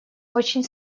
очень